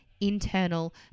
Internal